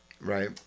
Right